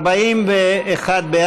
סעיף 1 נתקבל.